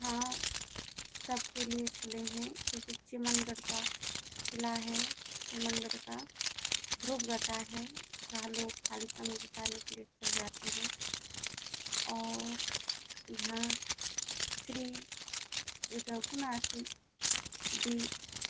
हाँ सबके लिए खुले हैं जैसे चिमनगढ़ का किला है चिमनगढ़ का ध्रुव घटा है जहाँ लोग खाली समय बिताने के लिए अक्सर जाते हैं और यहाँ श्री रघुनाथ जी